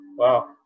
Wow